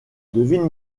devine